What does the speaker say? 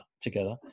together